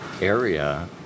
area